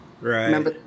Right